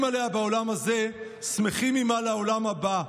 עליה בעולם הזה שמחים עימה לעולם הבא.